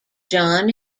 john